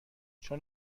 چون